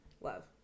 love